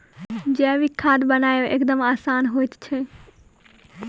जैविक खाद बनायब एकदम आसान होइत छै